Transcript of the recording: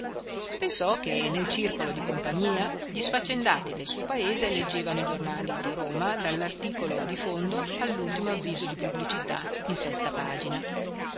pensò che nel circolo di compagnia gli sfaccendati del suo paese leggevano i giornali di roma dall'articolo di fondo all'ultimo avviso di pubblicità in sesta pagina